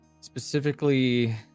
Specifically